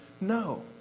no